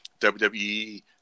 WWE